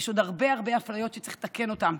יש עוד הרבה הרבה אפליות שצריך לתקן אותן,